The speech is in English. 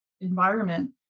environment